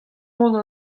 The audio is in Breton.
reont